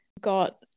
got